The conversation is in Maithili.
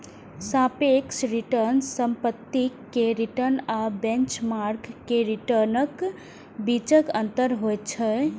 सापेक्ष रिटर्न परिसंपत्ति के रिटर्न आ बेंचमार्क के रिटर्नक बीचक अंतर होइ छै